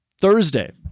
Thursday